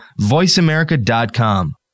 voiceamerica.com